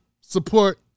support